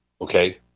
okay